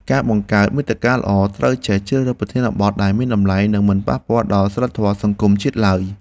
អ្នកបង្កើតមាតិកាល្អត្រូវចេះជ្រើសរើសប្រធានបទដែលមានតម្លៃ និងមិនប៉ះពាល់ដល់សីលធម៌សង្គមជាតិឡើយ។